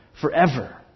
forever